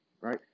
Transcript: right